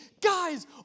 guys